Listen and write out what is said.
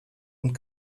und